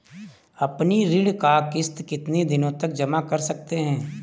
अपनी ऋण का किश्त कितनी दिनों तक जमा कर सकते हैं?